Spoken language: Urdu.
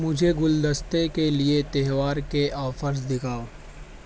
مجھے گلدستے کے لیے تہوار کے آفرز دکھاؤ